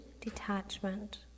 detachment